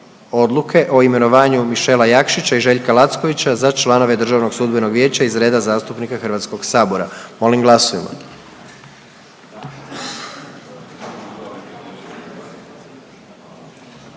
odluke o imenovanju Mišela Jakšića i Željka Lackovića za članove DSV-a iz reda zastupnika HS, molim glasujmo.